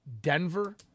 Denver